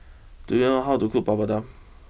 do you know how to cook Papadum